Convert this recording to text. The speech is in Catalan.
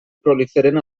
proliferen